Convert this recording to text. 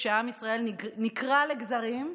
כשעם ישראל נקרע לגזרים,